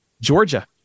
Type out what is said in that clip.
Georgia